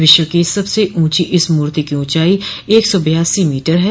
विश्व की सबसे ऊँची इस मूर्ति की ऊँचाई एक सौ बयासी मीटर है